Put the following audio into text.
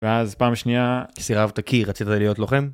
ואז פעם שנייה סירבת כי רצית להיות לוחם.